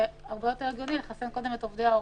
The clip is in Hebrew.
שהרבה יותר הגיוני לחסן קודם עובדי הוראה.